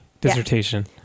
Dissertation